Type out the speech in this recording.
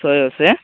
ଶହେ ଅଶୀ